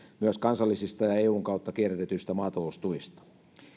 myös kansallisista ja eun kautta kierrätetyistä maataloustuista